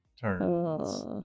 turns